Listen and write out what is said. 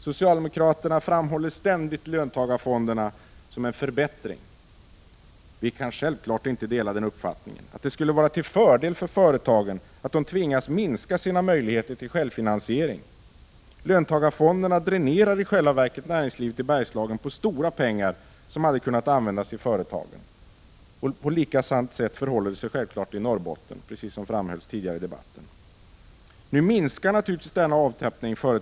Socialdemokraterna framhåller ständigt löntagarfonderna som en förbättring. Vi moderater kan självfallet inte dela den uppfattningen, att det skulle vara till fördel för företagen att de tvingas minska sina möjligheter till självfinansiering. Löntagarfonderna dränerar i själva verket näringslivet i Bergslagen på stora pengar, som hade kunnat användas i företagen. På samma sätt förhåller det sig självfallet i Norrbotten, som framhölls tidigare i debatten. Denna avtrappning minskar naturligtvis företagens möjligheter att klara sig utan Prot.